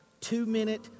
two-minute